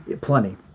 Plenty